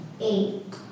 eight